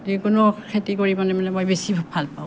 যিকোনো খেতি কৰি মানে মানে মই বেছি ভাল পাওঁ